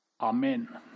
Amen